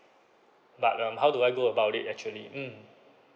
but um how do I go about it actually mm